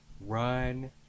run